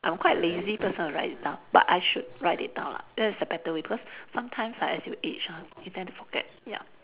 I'm quite lazy person to write it down but I should write it down lah that's a better way because sometimes ah as you age ha you tend to forget ya